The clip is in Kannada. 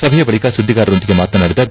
ಸಭೆಯ ಬಳಕ ಸುದ್ದಿಗಾರರೊಂದಿಗೆ ಮಾತನಾಡಿದ ಬಿ